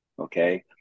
Okay